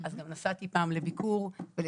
אז גם נסעתי פעם לביקור ולסמינריון.